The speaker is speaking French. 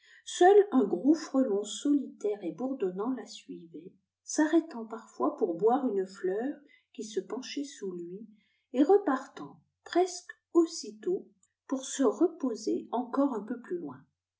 seul un gros frelon solitaire et bourdonnant la suivait s'arrêtant parfois pour boire une fleur qui se penchait sous lui et repartant presque aussitôt pour se reposer en core un peu plus loin